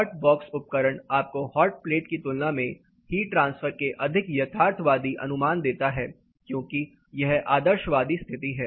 hot box उपकरण आपको hot plate की तुलना में हीट ट्रांसफर के अधिक यथार्थवादी अनुमान देता है क्योंकि यह एक आदर्शवादी स्थिति है